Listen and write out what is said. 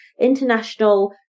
International